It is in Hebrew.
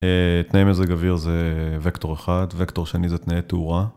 תנאי מזג אוויר זה וקטור אחד, וקטור שני זה תנאי תאורה.